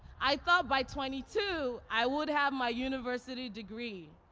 i thought by twenty two i would have my university degree.